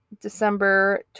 December